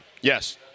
Yes